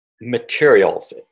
materials